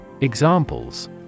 Examples